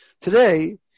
today